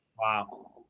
Wow